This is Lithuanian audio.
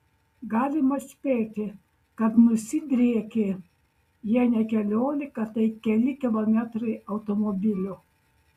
galima spėti kad nusidriekė jei ne keliolika tai keli kilometrai automobilių